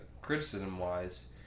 criticism-wise